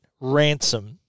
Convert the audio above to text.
Ransom